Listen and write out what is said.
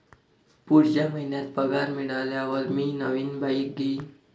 पुढच्या महिन्यात पगार मिळाल्यावर मी नवीन बाईक घेईन